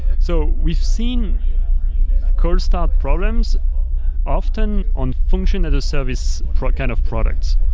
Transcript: so we've seen cold start problems often on function as a service kind of products,